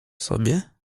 sobie